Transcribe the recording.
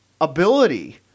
ability